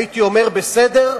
הייתי אומר: בסדר,